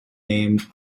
named